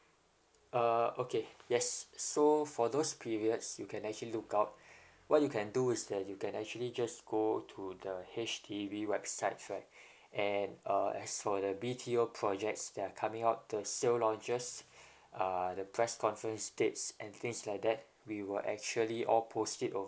uh okay yes so for those periods you can actually look out what you can do is that you can actually just go to the H_D_B website right and uh as for the B_T_O projects they're coming out the sale launches uh the press conference dates and things like that we were actually all post it over